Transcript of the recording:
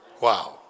Wow